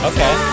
Okay